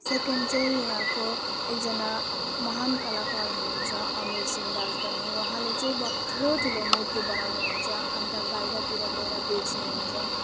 second चाहिँ यहाँको एकजना महान कलाकार हुनुहुन्छ अमिर सुन्दास भन्ने उहाँले चाहिँ अब ठुलो ठुलो मूर्ति बनाउनुहुन्छ अन्त बाहिरतिर गएर बेच्नुहुन्छ